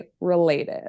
related